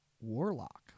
warlock